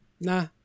Nah